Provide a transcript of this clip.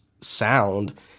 sound